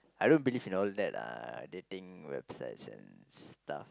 I don't believe in all that uh dating websites and stuff